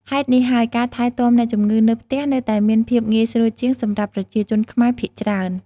ហេតុនេះហើយ ការថែទាំអ្នកជម្ងឺនៅផ្ទះនៅតែមានភាពងាយស្រួលជាងសម្រាប់ប្រជាជនខ្មែរភាគច្រើន។